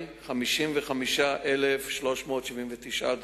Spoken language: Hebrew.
מוחמד מאהדי נחקר אף הוא תחת אזהרה בגין הסתה לאלימות.